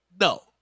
no